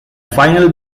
final